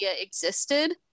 existed